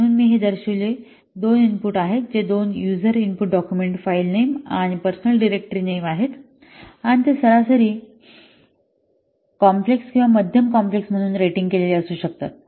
म्हणून हे मी दर्शविलेले दोन इनपुट आहेत जे 2 यूजर इनपुट डॉक्युमेंट फाइलनेम आणि पर्सनल डिरेक्टरी नेम आहेत आणि ते सरासरी कॉम्प्लेक्स किंवा मध्यम कॉम्प्लेक्स म्हणून रेटिंग केलेले असू शकतात